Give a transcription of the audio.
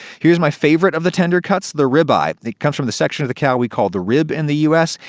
here is my favorite of the tender cuts the ribeye. it comes from the section of the cow we call the rib in the u s,